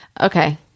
Okay